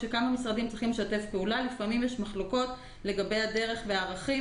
כשכמה משרדים צריכים לשתף פעולה לפעמים יש מחלוקות לגבי הדרך והערכים.